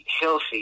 healthy